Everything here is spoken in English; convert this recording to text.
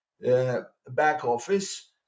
back-office